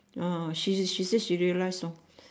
ah she she say she realize orh